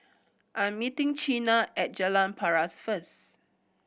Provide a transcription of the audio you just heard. I am meeting Chyna at Jalan Paras first